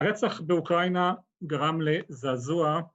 הרצח באוקראינה גרם לזעזוע